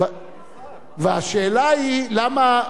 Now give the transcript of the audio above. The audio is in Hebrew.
והשאלה היא למה,